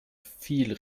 viel